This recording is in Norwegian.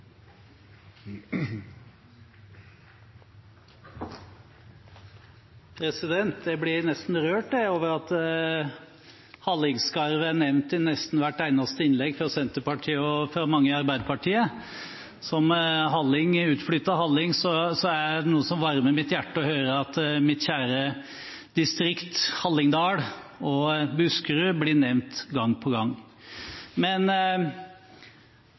nevnt i nesten hvert eneste innlegg fra Senterpartiet, og av mange i Arbeiderpartiet. Som utflyttet halling er det å høre at mitt kjære distrikt, Hallingdal og Buskerud, blir nevnt gang på gang,